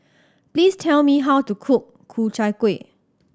please tell me how to cook Ku Chai Kueh